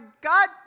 God